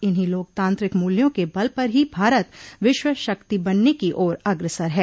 इन्ही लोकतांत्रिक मूल्यों के बल पर ही भारत विश्व शक्ति बनने की ओर अग्रसर है